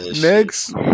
Next